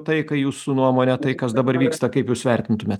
tai ką jūsų nuomone tai kas dabar vyksta kaip jūs vertintumėt